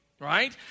right